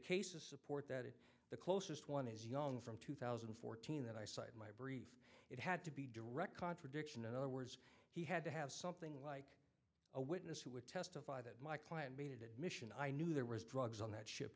cases support that the closest one is young from two thousand and fourteen that i cite my brief it had to be direct contradiction in other words he had to have something like a witness who would testify that my client needed admission i knew there was drugs on that sh